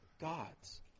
God's